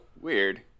weird